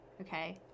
okay